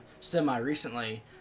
semi-recently